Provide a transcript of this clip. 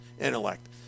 intellect